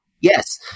yes